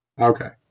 Okay